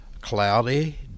cloudy